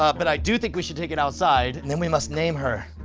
ah but i do think we should take it outside, and then we must name her.